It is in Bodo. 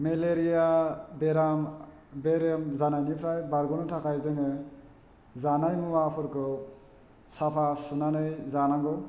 मेलेरिया बेराम बेरोम जानायनिफ्राय बारग'नो थाखाय जोङो जानाय मुवाफोरखौ साफा सुनानै जानांगौ